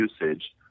usage